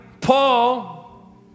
Paul